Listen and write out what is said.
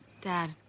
Dad